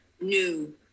new